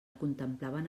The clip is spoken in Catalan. contemplaven